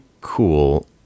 cool